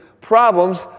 problems